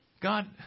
God